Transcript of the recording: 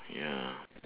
ya